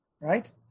Right